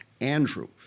Andrew